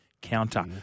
counter